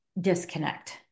disconnect